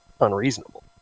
unreasonable